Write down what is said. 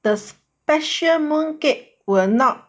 the special mooncake were not